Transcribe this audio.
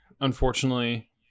unfortunately